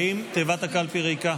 חבר הכנסת מלול, האם תיבת הקלפי ריקה?